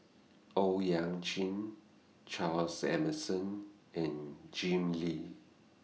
Owyang Chi Charles Emmerson and Jim Lim